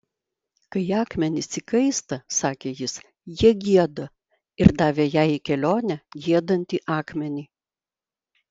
kai akmenys įkaista sakė jis jie gieda ir davė jai į kelionę giedantį akmenį